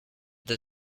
the